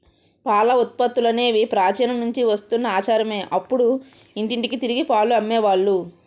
పాల ఉత్పత్తులనేవి ప్రాచీన నుంచి వస్తున్న ఆచారమే అప్పుడు ఇంటింటికి తిరిగి పాలు అమ్మే వాళ్ళు